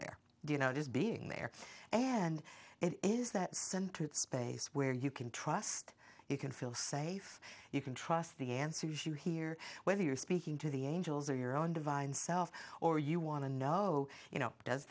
there you know just being there and it is that space where you can trust you can feel safe you can trust the answers you hear whether you're speaking to the angels or your own divine self or you want to know you know does